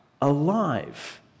alive